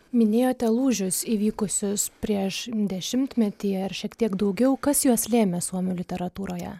minėjote lūžius įvykusius prieš dešimtmetį ar šiek tiek daugiau kas juos lėmė suomių literatūroje